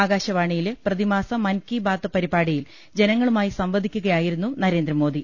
ആകാശവാണിയിലെ പ്രതിമാസ മൻ കി ബാത് പരിപാടിയിൽ ജനങ്ങളുമായി സംവദിക്കുകയായിരുന്നു നരേന്ദ്രമോദി